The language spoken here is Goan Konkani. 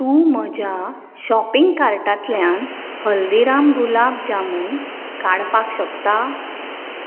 तूं म्हज्या शॉपिंग कार्टांतल्यान हल्दिराम गुलाब जामुन काडपाक शकता